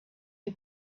you